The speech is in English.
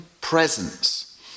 presence